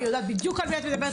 אני יודעת בדיוק על מי את מדברת,